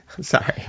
Sorry